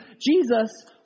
Jesus